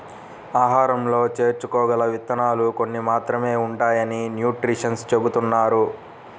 ఆహారంలో చేర్చుకోగల విత్తనాలు కొన్ని మాత్రమే ఉంటాయని న్యూట్రిషన్స్ చెబుతున్నారు